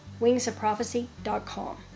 WingsOfProphecy.com